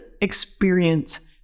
experience